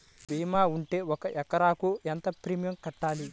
భీమా ఉంటే ఒక ఎకరాకు ఎంత ప్రీమియం కట్టాలి?